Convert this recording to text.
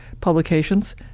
publications